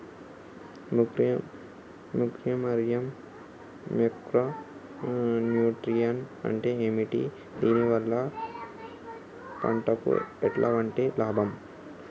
Macro మరియు micro nutrients అంటే ఏమిటి? దీనివల్ల పంటకు ఎటువంటి లాభం?